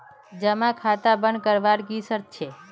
जमा खाता बन करवार की शर्त छे?